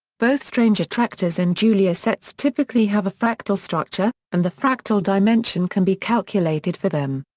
both strange attractors and julia sets typically have a fractal structure, and the fractal dimension can be calculated for them.